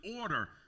order